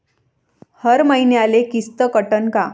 हर मईन्याले किस्त कटन का?